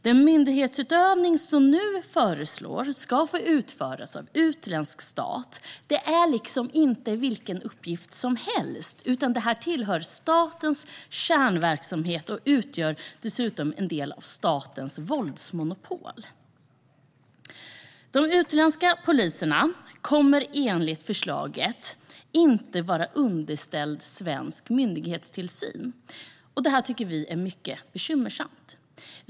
Den myndighetsutövning som nu föreslås ska få utföras av utländsk stat är inte vilken uppgift som helst utan tillhör statens kärnverksamhet och utgör dessutom en del av statens våldsmonopol. De utländska poliserna kommer enligt förslaget inte att vara underställda svensk myndighetstillsyn. Det tycker vi är mycket bekymmersamt.